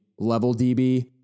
LevelDB